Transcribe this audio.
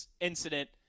incident